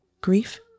grief